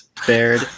fared